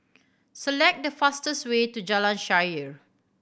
select the fastest way to Jalan Shaer